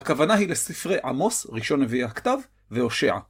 הכוונה היא לספרי עמוס, ראשון נביאי הכתב, והושע.